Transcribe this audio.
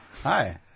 hi